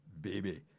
baby